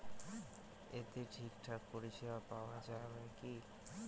এতে ঠিকঠাক পরিষেবা পাওয়া য়ায় কি?